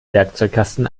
werkzeugkasten